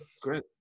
great